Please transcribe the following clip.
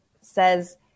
says